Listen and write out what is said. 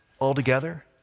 altogether